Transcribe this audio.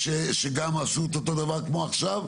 שגם עשו את אותו דבר כמו עכשיו.